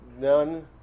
none